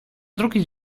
drugi